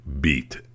beat